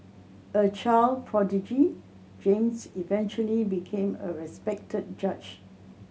a child prodigy James eventually became a respected judge